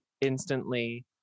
instantly